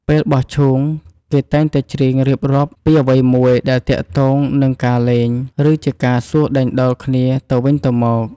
ពេលបោះឈូង គេតែងតែច្រៀងរៀបរាប់ពីអ្វីមួយដែលទាក់ទងនឹងការលេង ឬជាការសួរដេញដោលគ្នាទៅវិញទៅមក។